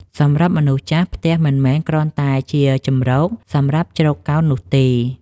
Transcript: សម្រាប់មនុស្សចាស់ ផ្ទះមិនមែនគ្រាន់តែជាទីជម្រកសម្រាប់ជ្រកកោននោះទេ។